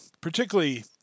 particularly